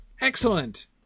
excellent